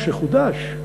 כשחודש,